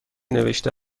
نوشته